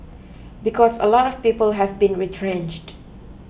because a lot of people have been retrenched